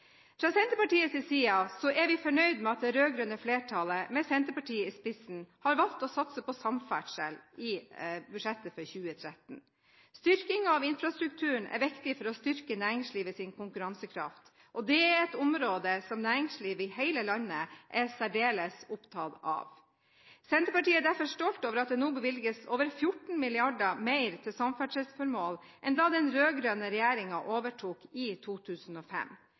Fra Senterpartiets side er vi fornøyd med at det rød-grønne flertallet, med Senterpartiet i spissen, har valgt å satse på samferdsel i budsjettet for 2013. Styrking av infrastrukturen er viktig for å styrke næringslivets konkurransekraft, og det er et område som næringslivet i hele landet er særdeles opptatt av. Senterpartiet er derfor stolt over at det nå bevilges over 14 mrd. kr mer til samferdselsformål enn da den rød-grønne regjeringen overtok i 2005.